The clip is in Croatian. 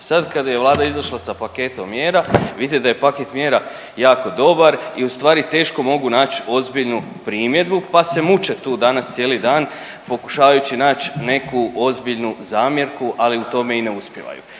Sad kad je Vlada izašla sa paketom mjera, vidite da je paket mjera jako dobar i ustvari teško mogu nać ozbiljnu primjedbu, pa se muče tu danas cijeli dan pokušavajući nać neku ozbiljnu zamjerku, ali u tome i ne uspijevaju.